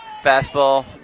fastball